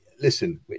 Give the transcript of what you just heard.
listen